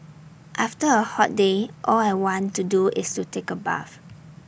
after A hot day all I want to do is to take A bath